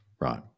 Right